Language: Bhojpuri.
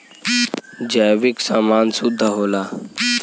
जैविक समान शुद्ध होला